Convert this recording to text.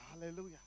Hallelujah